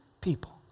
people